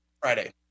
Friday